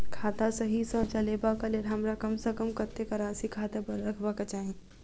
खाता सही सँ चलेबाक लेल हमरा कम सँ कम कतेक राशि खाता पर रखबाक चाहि?